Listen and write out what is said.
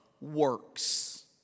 works